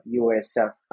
USF